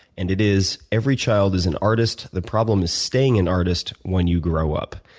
and it is, every child is an artist, the problem is staying an artist when you grow up.